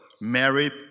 Mary